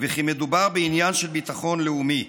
וכי מדובר בעניין של ביטחון לאומי,